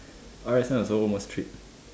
R_S_M also almost tripped